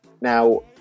Now